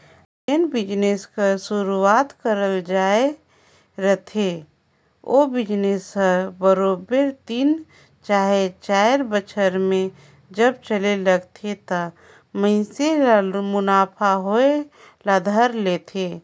जेन बिजनेस कर सुरूवात करल जाए रहथे ओ बिजनेस हर बरोबेर तीन चहे चाएर बछर में जब चले लगथे त मइनसे ल मुनाफा होए ल धर लेथे